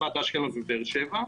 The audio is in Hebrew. אשקלון ובאר שבע.